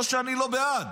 לא שאני לא בעד,